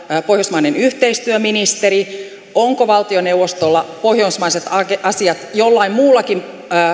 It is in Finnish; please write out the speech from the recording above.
pohjoismainen yhteistyöministeri onko valtioneuvostolla pohjoismaiset asiat jollain muullakin